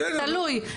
תלוי,